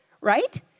right